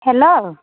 hello